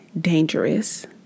dangerous